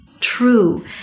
True